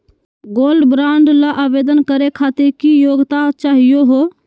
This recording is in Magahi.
गोल्ड बॉन्ड ल आवेदन करे खातीर की योग्यता चाहियो हो?